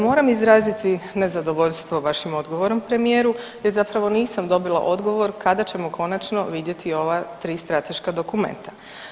Moram izraziti nezadovoljstvo vašim odgovorom premijeru jer zapravo nisam dobila odgovor kada ćemo konačno vidjeti ova tri strateška dokumenta.